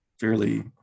fairly